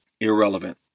irrelevant